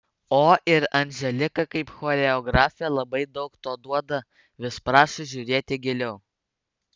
o ir anželika kaip choreografė labai daug to duoda vis prašo žiūrėti giliau